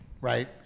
Right